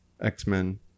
x-men